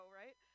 right